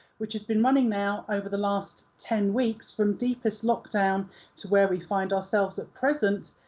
which has been running now, over the last ten weeks from deepest lockdown to where we find ourselves at present,